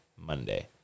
Monday